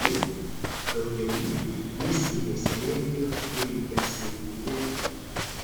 ji daugialypė mistinės energijos turinti asmenybė